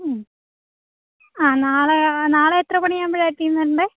ഉം ആ നാളെ നാളെ എത്ര മണിയാകുമ്പോഴാണ് എത്തിയെന്ന് വരേണ്ടത്